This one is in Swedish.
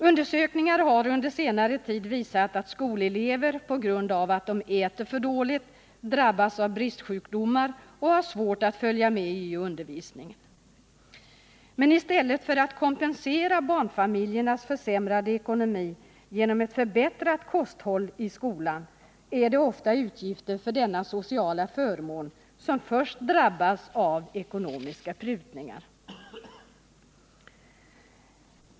Undersökningar har under senare tid visat att skolelever på grund av att de äter för dåligt drabbas av bristsjukdomar och har svårt att följa med i undervisningen. I stället för att kompensera barnfamiljernas försämrade ekonomi genom ett förbättrat kosthåll i skolan låter man ofta utgifter för denna sociala förmån först drabbas av ekonomiska prutningar.